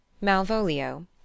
Malvolio